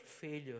failure